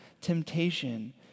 temptation